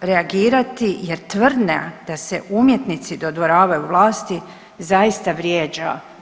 reagirati jer tvrdnja da se umjetnici dodvoravaju vlasti zaista vrijeđa.